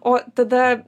o tada